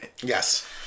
Yes